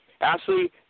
Ashley